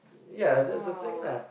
ya that's the thing lah